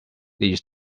leads